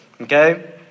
Okay